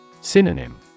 Synonym